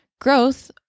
Growth